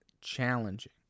challenging